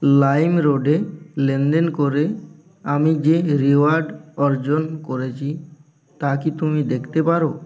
লাইমরোডে লেনদেন করে আমি যে রিওয়ার্ড অর্জন করেছি তা কি তুমি দেখতে পারো